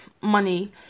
money